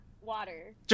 Water